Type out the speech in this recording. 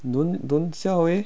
don't don't siao eh